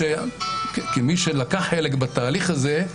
כמי שלקח חלק בתהליך הזה,